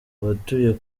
abatuye